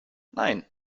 nein